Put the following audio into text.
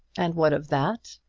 and what of that?